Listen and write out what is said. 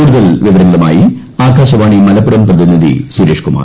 കൂടുതൽ വിവരങ്ങളുമായി ആകാശവാണി മലപ്പുറം പ്രതിനിധി സുരേഷ് കുമാർ